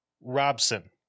Robson